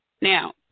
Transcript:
Now